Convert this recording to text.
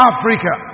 Africa